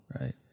right